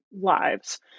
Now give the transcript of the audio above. lives